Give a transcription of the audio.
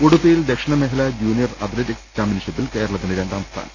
ഉഡുപ്പിയിൽ ദക്ഷിണമേഖല junior athletics ചാമ്പൃൻഷി പ്പിൽ കേരളത്തിന് രണ്ടാംസ്ഥാനം